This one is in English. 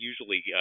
usually